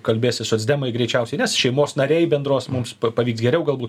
kalbėsis socdemai greičiausiai nes šeimos nariai bendros mums pavyks geriau galbūt